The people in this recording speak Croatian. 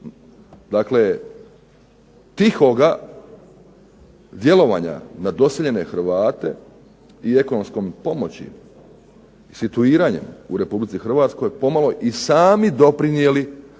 dakle tihoga djelovanja na doseljene Hrvate i ekonomskom pomoći situiranjem u Republici Hrvatskoj pomalo i sami doprinijeli da